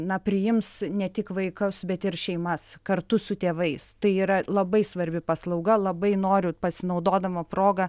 na priims ne tik vaikus bet ir šeimas kartu su tėvais tai yra labai svarbi paslauga labai noriu pasinaudodama proga